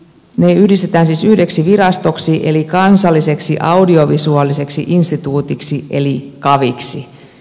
ne yhdistetään siis yhdeksi virastoksi eli kansalliseksi audiovisuaaliseksi instituutiksi eli kaviksi